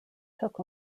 took